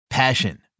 Passion